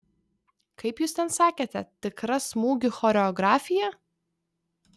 kaip jūs ten sakėte tikra smūgių choreografija